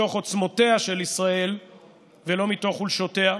מתוך עוצמותיה של ישראל ולא מתוך חולשותיה.